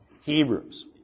Hebrews